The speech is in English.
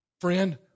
Friend